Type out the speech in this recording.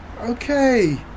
okay